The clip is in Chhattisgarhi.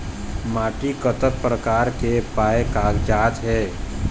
माटी कतक प्रकार के पाये कागजात हे?